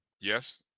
Yes